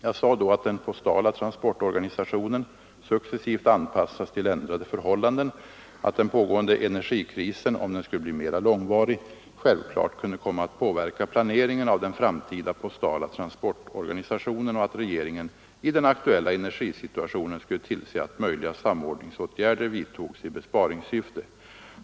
Jag sade då att den postala transportorganisationen successivt anpassas till ändrade förhållanden, att den pågående energikrisen — om den skulle bli mera långvarig — självklart kunde komma att påverka planeringen av den framtida postala transport Organisationen och att regeringen i den aktuella energisituationen skulle tillse att möjliga samordningsåtgärder vidtogs i besparingssyfte.